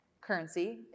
Currency